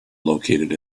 located